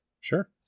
Sure